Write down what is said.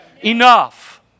Enough